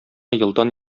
елдан